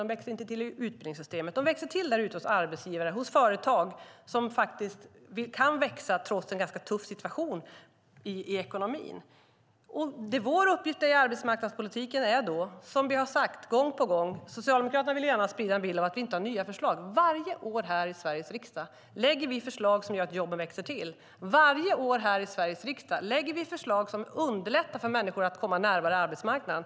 De växer inte till i utbildningssystemet. De växer till ute hos arbetsgivare och hos företag som faktiskt kan växa trots en ganska tuff situation i ekonomin. Vi har då en uppgift i arbetsmarknadspolitiken, som vi har sagt gång på gång. Socialdemokraterna vill gärna sprida en bild av att vi inte har nya förslag. Men varje år lägger vi här i Sveriges riksdag fram förslag som gör att jobben växer till. Varje år lägger vi här i Sveriges riksdag fram förslag som underlättar för människor att komma närmare arbetsmarknaden.